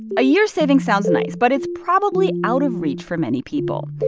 a year's saving sounds nice, but it's probably out of reach for many people.